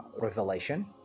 revelation